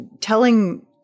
telling